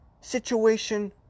situation